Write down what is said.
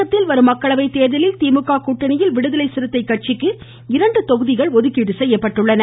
தமிழகத்தில் வரும் மக்களவை தேர்தலில் திமுக கூட்டணியில் விடுதலை சிறுத்தை கட்சிக்கு இரண்டு தொகுதிகள் ஒதுக்கீடு செய்யப்பட்டுள்ளன